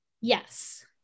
Yes